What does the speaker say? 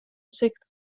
sixth